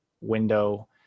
window